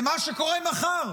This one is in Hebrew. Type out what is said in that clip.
למה שקורה מחר,